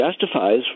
justifies